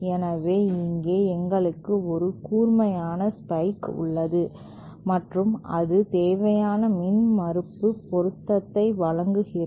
எனவே இங்கே எங்களுக்கு ஒரு கூர்மையான ஸ்பைக் உள்ளது மற்றும் அது தேவையான மின்மறுப்பு பொருத்தத்தை வழங்குகிறது